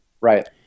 Right